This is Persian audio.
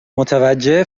متوجه